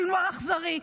סנוואר אכזרי,